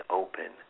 open